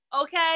okay